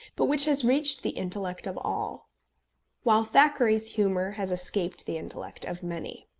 but which has reached the intellect of all while thackeray's humour has escaped the intellect of many.